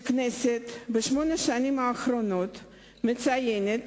הכנסת בשמונה השנים האחרונות מציינת